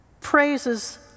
praises